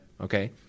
Okay